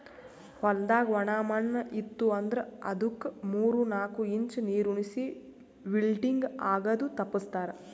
ಹೊಲ್ದಾಗ ಒಣ ಮಣ್ಣ ಇತ್ತು ಅಂದ್ರ ಅದುಕ್ ಮೂರ್ ನಾಕು ಇಂಚ್ ನೀರುಣಿಸಿ ವಿಲ್ಟಿಂಗ್ ಆಗದು ತಪ್ಪಸ್ತಾರ್